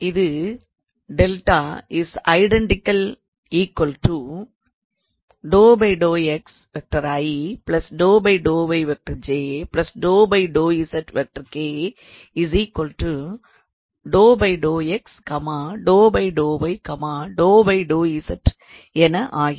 இது என ஆகிறது